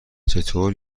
چطور